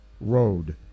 road